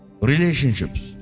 Relationships